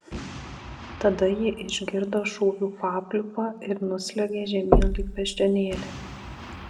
tada ji išgirdo šūvių papliūpą ir nusliuogė žemyn lyg beždžionėlė